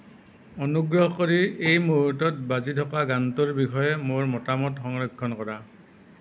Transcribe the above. অনুগ্ৰহ কৰি এই মুহূৰ্তত বাজি থকা গানটোৰ বিষয়ে মোৰ মতামত সংৰক্ষণ কৰা